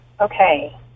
Okay